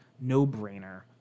no-brainer